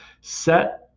set